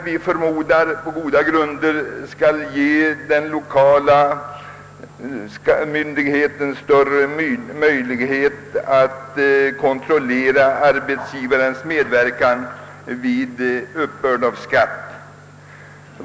Vi förmodar på goda grunder att detta skall ge den lokala myndigheten större möjligheter att kontrollera arbetsgivarens medverkan vid uppbörd av skatt.